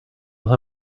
will